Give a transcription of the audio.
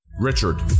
Richard